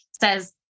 says